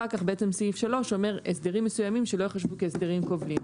אחר כך בעצם סעיף 3 אומר הסדרים מסומים שלא ייחשבו הסדרים כובלים,